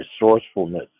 resourcefulness